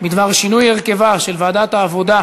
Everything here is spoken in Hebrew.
בדבר שינוי הרכבה של ועדת העבודה,